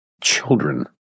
children